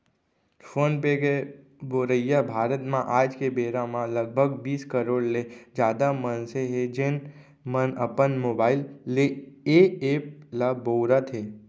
phone पे के बउरइया भारत म आज के बेरा म लगभग बीस करोड़ ले जादा मनसे हें, जेन मन अपन मोबाइल ले ए एप ल बउरत हें